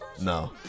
No